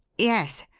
yes,